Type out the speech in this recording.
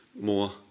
more